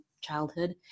childhood